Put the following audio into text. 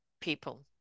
people